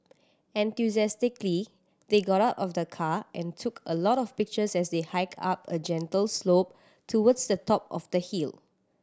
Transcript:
enthusiastically they got out of the car and took a lot of pictures as they hiked up a gentle slope towards the top of the hill